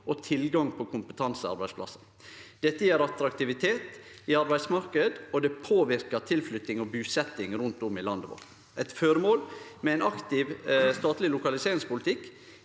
og tilgang på kompetansearbeidsplassar. Dette gjev attraktive arbeidsmarknader og påverkar tilflyttinga og busettinga rundt om i landet vårt. Eit føremål med ein aktiv statleg lokaliseringspolitikk